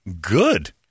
Good